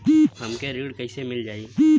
हमके ऋण कईसे मिली?